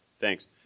Thanks